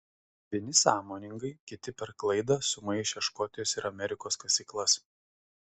vieni sąmoningai kiti per klaidą sumaišę škotijos ir amerikos kasyklas